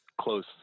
close